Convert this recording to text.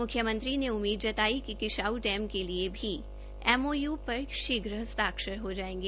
मुख्यमंत्री ने ठम्मीद जताई कि किशाऊ डैम के लिए भी एमओयू पर शीघ्र हस्ताक्षर हो जाएंगे